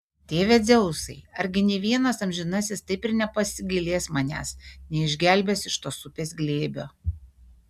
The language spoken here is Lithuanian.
tėve dzeusai argi nė vienas amžinasis taip ir nepasigailės manęs neišgelbės iš tos upės glėbio